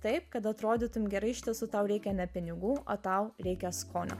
taip kad atrodytum gerai iš tiesų tau reikia ne pinigų o tau reikia skonio